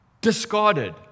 discarded